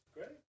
Great